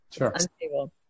unstable